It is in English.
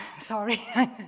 Sorry